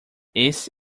esse